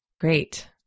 Great